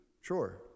sure